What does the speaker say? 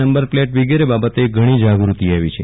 number plate વિગેરે બાબતે ઘણી જાગૃતિ આવી છે